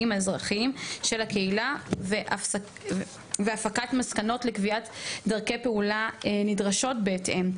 האזרחיים של הקהילה והפקת מסקנות לקביעת דרכי פעולה נדרשות בהתאם.